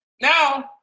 Now